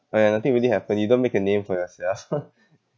a~ and nothing really happen you don't make a name for yourself